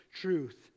truth